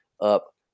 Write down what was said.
up